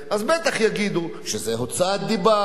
אז בטח יגידו שזה הוצאת דיבה,